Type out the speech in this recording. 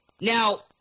Now